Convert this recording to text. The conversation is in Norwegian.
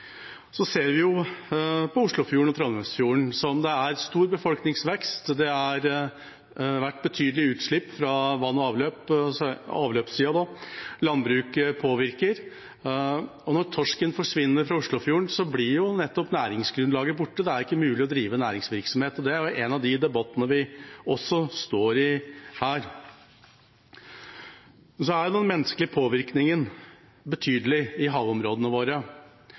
er stor befolkningsvekst, har det vært betydelige utslipp fra vann og avløp, dvs. fra avløpssida, og landbruket påvirker. Når torsken forsvinner fra Oslofjorden, blir næringsgrunnlaget borte. Da er det ikke mulig å drive næringsvirksomhet, og det er også en av debattene vi står i. Den menneskelige påvirkningen er betydelig i havområdene våre.